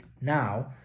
Now